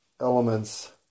elements